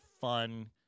fun